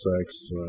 sex